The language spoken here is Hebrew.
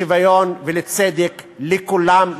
לשוויון ולצדק לכולם,